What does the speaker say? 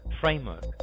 framework